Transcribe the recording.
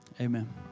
amen